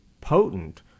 potent